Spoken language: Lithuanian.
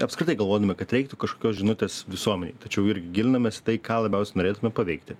apskritai galvodami kad reiktų kažkokios žinutės visuomenei tačiau ir gilinomės į tai ką labiausiai norėtumėm paveikti